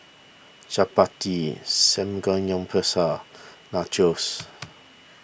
Chapati Samgeyopsal Nachos